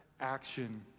action